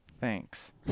Thanks